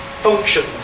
functions